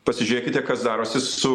pasižiūrėkite kas darosi su